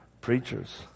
Preachers